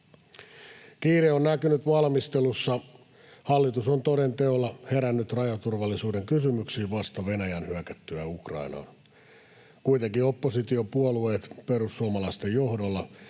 Kiire on näkynyt valmistelussa. Hallitus on toden teolla herännyt rajaturvallisuuden kysymyksiin vasta Venäjän hyökättyä Ukrainaan. Kuitenkin oppositiopuolueet perussuomalaisten johdolla